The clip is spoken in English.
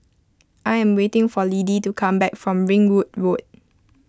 I am waiting for Lidie to come back from Ringwood Road